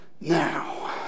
Now